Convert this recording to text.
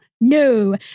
No